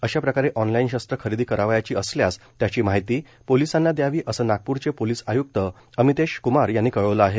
अशा प्रकारे ऑनलाईन शस्त्र खरेदी करावयाची असल्यास त्याची माहिती पोलिसांना दयावी असं नागप्रचे पोलिस आय्क्त अमितेश क्मार यांनी कळवलं आहे